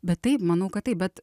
bet taip manau kad taip bet